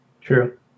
True